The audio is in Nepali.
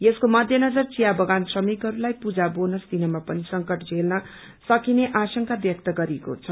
यसको मध्यनजर विया बगान श्रमिकहरूलाई पूजा बोनस दिनमा पनि संकट झेल्न सकिने आशंका व्यक्त गरिएको छ